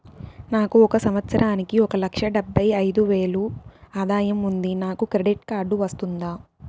నాకు ఒక సంవత్సరానికి ఒక లక్ష డెబ్బై అయిదు వేలు ఆదాయం ఉంది నాకు క్రెడిట్ కార్డు వస్తుందా?